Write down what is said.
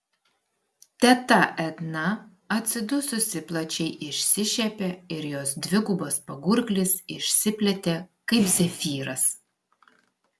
teta edna atsidususi plačiai išsišiepė ir jos dvigubas pagurklis išsiplėtė kaip zefyras